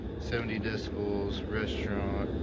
seventy decibels restaurant,